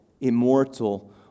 immortal